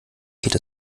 geht